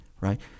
right